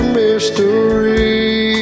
mystery